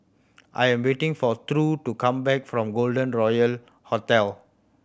I am waiting for True to come back from Golden Royal Hotel